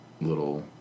little